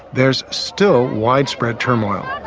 there's still widespread turmoil.